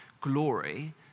glory